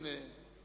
סמכויות פקחים)